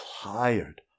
tired